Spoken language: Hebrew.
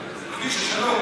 זה שעובר,